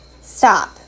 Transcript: stop